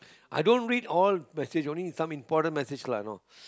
i don't read all passage only some important message lah you know